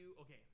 okay